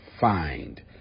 find